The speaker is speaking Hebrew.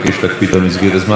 אנא הקפידו על שלוש דקות.